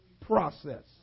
process